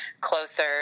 closer